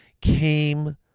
came